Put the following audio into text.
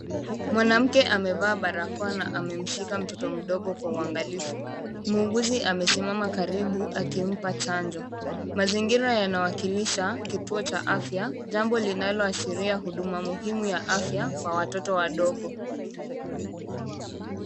Mwanamke amevaa barakoa na amemshika mtoto mdogo kwa uangalifu. Muuguzi amesimama karibu akimpa chanjo. Mazingira yanawakilisha kituo cha afya, jambo linaloashiria huduma muhimu ya afya kwa watoto wadogo.